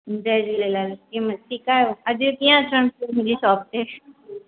जय झूलेलाल कीअं बसि ठीकु आहियो अॼु कीअं अचणो हुओ मुंहिंजी शॉप ते